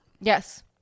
Yes